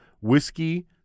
whiskey